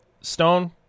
Stone